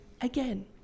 again